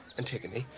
antigone,